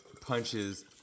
punches